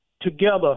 together